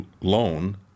loan